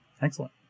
Excellent